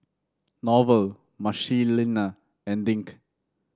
Norval Marcelina and Dink